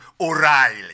O'Reilly